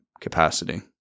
capacity